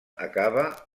acaba